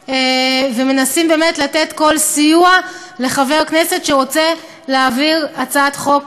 ומנסים באמת לתת כל סיוע לחבר כנסת שרוצה להעביר הצעת חוק,